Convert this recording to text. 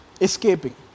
escaping